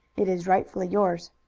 it is rightfully yours.